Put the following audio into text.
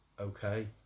okay